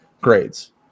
grades